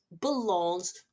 belongs